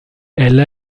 elle